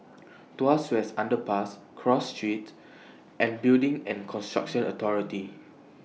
Tuas West Underpass Cross Street and Building and Construction Authority